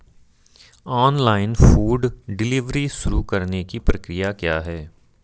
Online food delivery शुरू करने की प्रक्रिया क्या है?